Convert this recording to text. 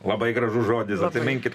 labai gražus žodis priminkit